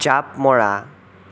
জাপ মৰা